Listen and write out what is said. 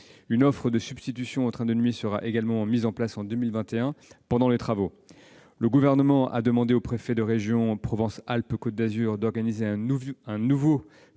Une offre de substitution au train de nuit sera également mise en place en 2021, pendant les travaux. Le Gouvernement a demandé au préfet de la région Provence-Alpes-Côte d'Azur de réunir un nouveau